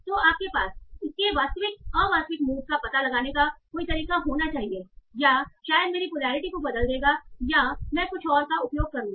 तो आपके पास इसके अवास्तविक मूड का पता लगाने का कोई तरीका होना चाहिए या यह शायद मेरी पोलैरिटी को बदल देगा या मैं कुछ और का उपयोग करूंगा